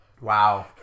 Wow